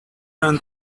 run